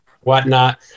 whatnot